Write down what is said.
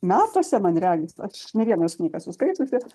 metuose man regis aš ne vieną jos knygą esu skaičiusi